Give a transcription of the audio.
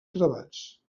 gravats